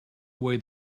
away